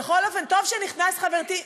בכל אופן, טוב שנכנסת, חברתי.